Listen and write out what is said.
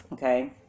Okay